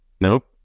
Nope